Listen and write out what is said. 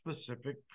specific